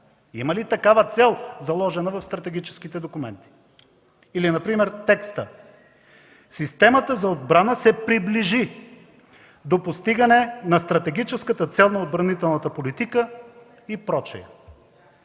Има ли такава цел, заложена в стратегическите документи? Или например текстът: „Системата за отбрана се приближи до постигане на стратегическата цел на отбранителната политика” и прочие.